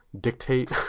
dictate